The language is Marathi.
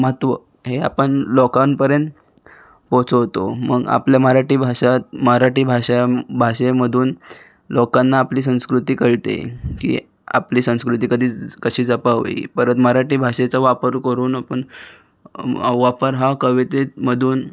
महत्त्व हे आपण लोकांपर्यंत पोचवतो मंग आपल्या मराटी भाषात मराटी भाषा भाषेमदून लोकांना आपली संस्कृती कळते की आपली संस्कृती कदी कशी जपावी परत मराटी भाषेचा वापर करून आपन वापर हा कवितेमदून